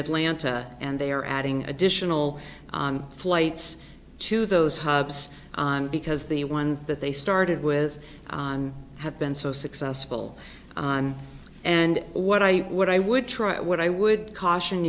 atlanta and they are adding additional flights to those hubs because the ones that they started with have been so successful and what i what i would try what i would caution